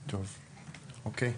אוקיי,